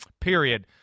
period